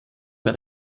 bei